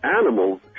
animals